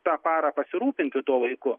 tą parą pasirūpinti tuo vaiku